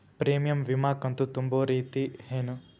Premium ವಿಮಾ ಕಂತು ತುಂಬೋ ರೇತಿ ಏನು?